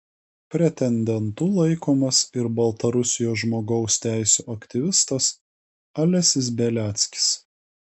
pretendentu laikomas ir baltarusijos žmogaus teisių aktyvistas alesis beliackis